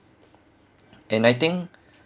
and I think